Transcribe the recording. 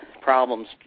problems